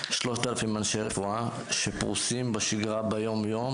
3,000 אנשי רפואה שפרוסים בשגרה ביום-יום